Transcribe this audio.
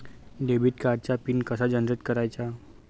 Debit कार्डचा pin कसा generate करायचा?